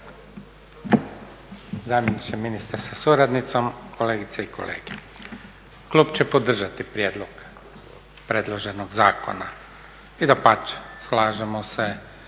zamjeniče ministra sa suradnicom, kolegice i kolege. Klub će podržati prijedlog predloženog zakona i dapače slažemo se